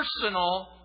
personal